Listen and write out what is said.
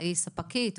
היא ספקית,